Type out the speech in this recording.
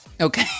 Okay